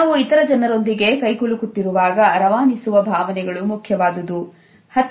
ನಾವು ಇತರ ಜನರೊಂದಿಗೆ ಕೈಕುಲುಕುತ್ತಿರುವಾಗ ರವಾನಿಸುವ ಭಾವನೆಗಳು ಮುಖ್ಯವಾದದ್ದು